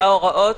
ההוראות